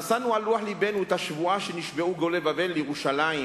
נשאנו על לוח לבנו את השבועה שנשבעו גולי בבל לירושלים,